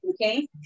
Okay